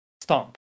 stomp